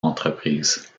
entreprise